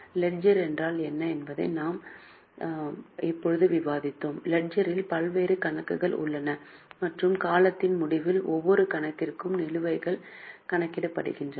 ledger என்றால் என்ன என்பதை நாம் இப்போது விவாதித்தோம் லெட்ஜரில் பல்வேறு கணக்குகள் உள்ளன மற்றும் காலத்தின் முடிவில் ஒவ்வொரு கணக்கிற்கும் நிலுவைகள் கணக்கிடப்படுகின்றன